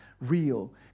real